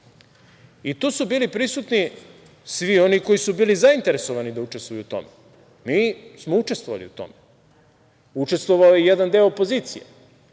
i tu su bili prisutni svi oni koji su bili zainteresovani da učestvuju u tome. Mi smo učestvovali u tome, učestvovao je i jedan deo opozicije.